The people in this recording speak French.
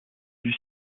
dut